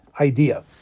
idea